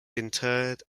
interred